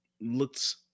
looks